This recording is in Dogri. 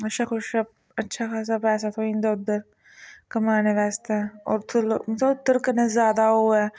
अच्छा कुछ अच्छा खासा पैसा थ्होई जंदा उद्धर कमाने वास्तै उत्थुं दे उद्धर कन्नै ज्यादा ओह् ऐ